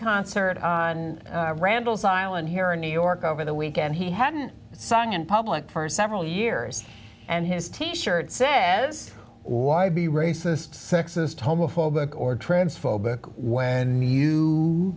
concert on randall's island here in new york over the weekend he hadn't sung in public for several years and his t shirt says why be racist sexist homophobic or trans phobic when you